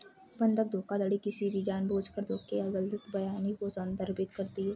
बंधक धोखाधड़ी किसी भी जानबूझकर धोखे या गलत बयानी को संदर्भित करती है